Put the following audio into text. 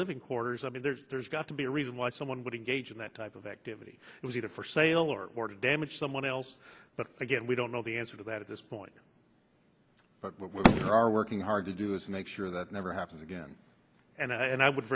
living quarters i mean there's there's got to be a reason why someone would engage in that type of activity was it a for sale or for damage someone else but again we don't know the answer to that at this point but what are working hard to do is make sure that never happens again and i and i would